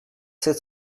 sept